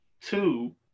Two